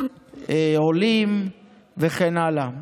עולים וכן הלאה.